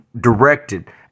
directed